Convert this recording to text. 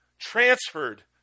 transferred